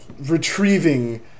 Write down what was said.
retrieving